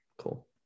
Cool